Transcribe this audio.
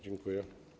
Dziękuję.